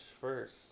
first